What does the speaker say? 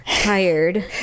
tired